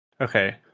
okay